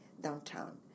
downtown